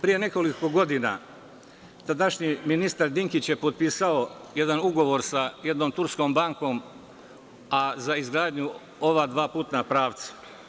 Pre nekoliko godina tadašnji ministar Dinkić je potpisao jedan ugovor sa jednom turskom bankom, a za izgradnju ova dva putna pravca.